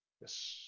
Yes